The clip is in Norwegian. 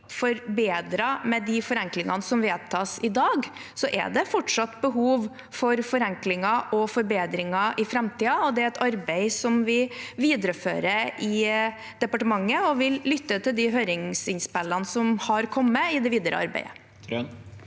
forbedret med de forenklingene som vedtas i dag, er det fortsatt behov for forenklinger og forbedringer i framtiden, og det er et arbeid som vi viderefører i departementet, og vi vil lytte til de høringsinnspillene som har kommet, i det videre arbeidet.